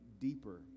deeper